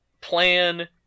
plan